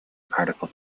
particle